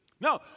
No